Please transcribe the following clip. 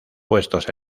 puestos